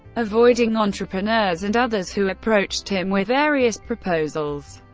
avoiding entrepreneurs and others who approached him with various proposals.